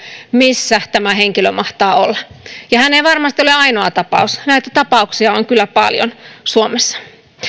missä tämä henkilö mahtaa olla ja hän ei varmasti ole ainoa tapaus näitä tapauksia on kyllä paljon suomessa